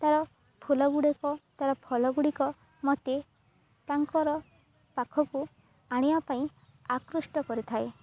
ତା'ର ଫୁଲ ଗୁଡ଼ିକ ତା'ର ଫଳ ଗୁଡ଼ିକ ମୋତେ ତାଙ୍କର ପାଖକୁ ଆଣିବା ପାଇଁ ଆକୃଷ୍ଟ କରିଥାଏ